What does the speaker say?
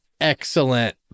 excellent